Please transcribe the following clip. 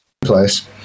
place